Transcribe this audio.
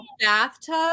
bathtub